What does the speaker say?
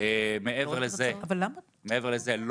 מעבר לזה,